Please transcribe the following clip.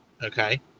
Okay